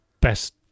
best